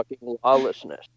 lawlessness